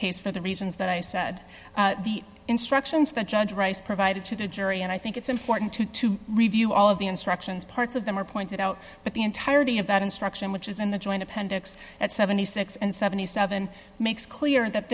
case for the reasons that i said the instructions the judge rice provided to the jury and i think it's important to to review all of the instructions parts of them are pointed out but the entirety of that instruction which is in the joint appendix at seventy six and seventy seven makes clear that